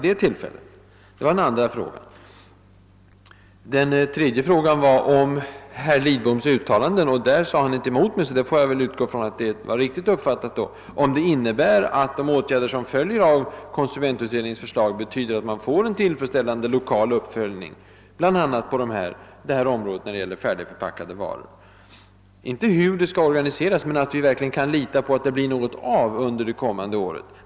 — Det var den andra frågan. För det tredje frågade jag om herr Lidboms uttalanden — på den punkten sade han inte emot mig, så jag får väl utgå från att detta var riktigt uppfattat — innebär att de åtgärder som följer av konsumentutredningens förslag garanterar att man får en tillfredsställande 1okal uppföljning, bl.a. när det gäller färdigförpackade varor. Jag frågade inte hur detta skall organiseras, bara om vi verkligen kan lita på att det blir något av under det kommande året.